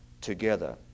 together